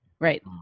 Right